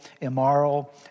immoral